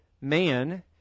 man